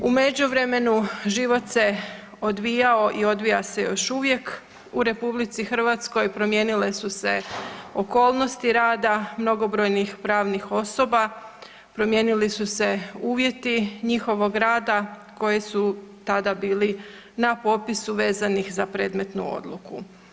U međuvremenu život se odvijao i odvija se još uvijek u RH, promijenile su se okolnosti rada mnogobrojnih pravnih osoba, promijenili su se uvjeti njihovog rada koji su tada bili na popisu vezanih za predmetnu odluku.